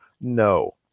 No